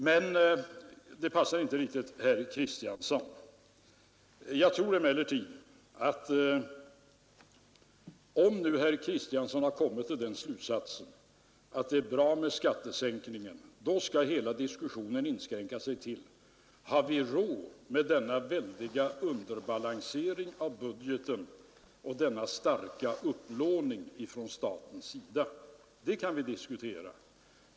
Men detta passar inte riktigt herr Kristiansson. Om herr Kristiansson nu har kommit till den slutsatsen, att det är bra med en skattesänkning, tycker jag emellertid att hela diskussionen bör inskränka sig till frågan om vi kan genomföra den utan kompensation till statskassan. Har vi råd med denna väldiga underbalansering av budgeten och denna starka upplåning från statens sida som herr Kristiansson anser? Det kan vi diskutera.